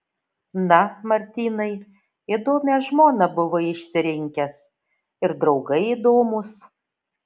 na martynai įdomią žmoną buvai išsirinkęs ir draugai įdomūs